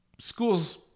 Schools